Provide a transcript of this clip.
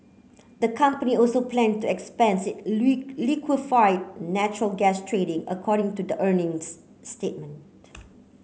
the company also plan to expand its liquefied natural gas trading according to the earnings statement